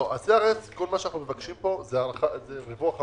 לא, כל מה שאנחנו מבקשים ב-CRS זה ריווח המועדים.